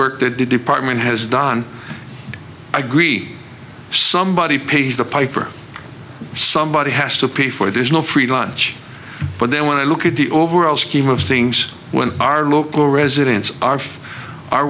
work that the department has done i agree somebody pays the piper somebody has to pay for it there's no free lunch but then when i look at the overall scheme of things when our local residents are for our